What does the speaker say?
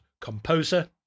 Composer